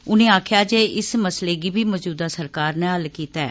उनें आक्खेया जे इस मसले गी बी मजूदा सरकार नै हल कीता ऐ